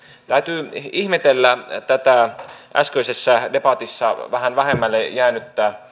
täytyy ihmetellä tätä äskeisessä debatissa vähän vähemmälle huomiolle jäänyttä